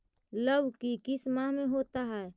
लव की किस माह में होता है?